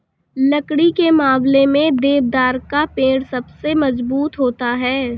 लकड़ी के मामले में देवदार का पेड़ सबसे मज़बूत होता है